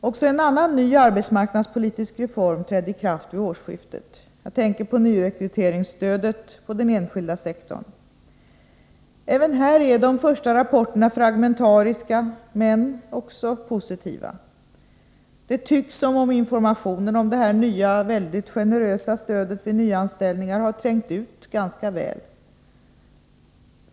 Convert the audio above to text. Också en annan ny arbetsmarknadspolitisk reform trädde i kraft vid årsskiftet. Jag tänker på rekryteringsstödet på den enskilda sektorn. Även här är de första rapporterna fragmentariska, men också positiva. Det tycks som om informationen om detta nya, mycket generösa stöd vid nyanställningar har trängt ut ganska väl.